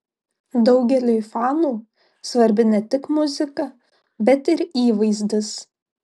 daugeliui fanų svarbi ne tik muzika bet ir įvaizdis